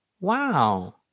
Wow